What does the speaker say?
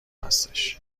هستش